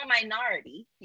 minority